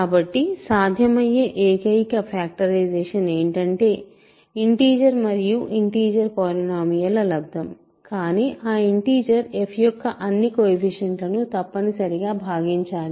కాబట్టి సాధ్యమయ్యే ఏకైక ఫ్యాక్టరైజేషన్ ఏంటంటే ఇంటిజర్ మరియు ఇంటిజర్ పాలినోమియల్ ల లబ్దం కానీ ఆ ఇంటిజర్ f యొక్క అన్నీ కొయెఫిషియంట్ లను తప్పనిసరిగా భాగించాలి